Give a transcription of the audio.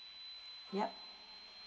yup